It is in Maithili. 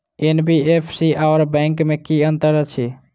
एन.बी.एफ.सी आओर बैंक मे की अंतर अछि?